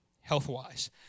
health-wise